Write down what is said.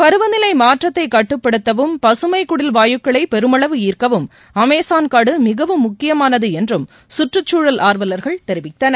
பருவநிலை மாற்றத்தை கட்டுப்படுத்தவும் பகமை குடில் வாயுக்களை பெருமளவு ஈர்க்கவும் அமேசான் காடு மிகவும் முக்கியமானது என்றும் சுற்றுச்சூழல் ஆர்வலர்கள் தெரிவித்தனர்